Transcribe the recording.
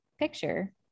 Picture